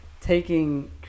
taking